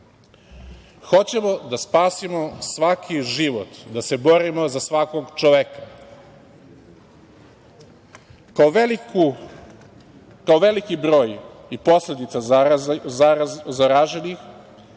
Hoćemo da spasimo svaki život, da se borimo za svakog čoveka. Kao veliki broj i posledica zaraženih,